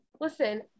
listen